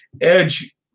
Edge